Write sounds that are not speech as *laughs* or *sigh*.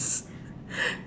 *laughs*